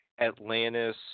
Atlantis